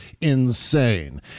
insane